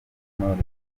knowless